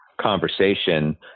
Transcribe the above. conversation